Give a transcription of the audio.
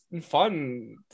fun